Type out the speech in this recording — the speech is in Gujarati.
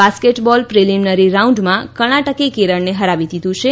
બાસ્કેટબોલ પ્રિલિમિનરી રાઉન્ડમાં કર્ણાટકે કેરળને હરાવી દીધું છે